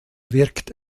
wirkt